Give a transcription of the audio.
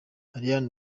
ariane